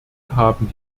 haben